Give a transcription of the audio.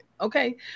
okay